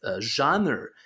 genre